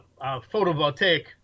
photovoltaic